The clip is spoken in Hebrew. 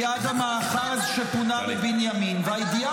יש שם אנרכיסטים שמאלנים, הייתה